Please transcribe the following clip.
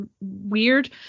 weird